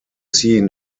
seen